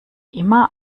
immer